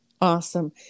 Awesome